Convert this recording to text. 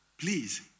please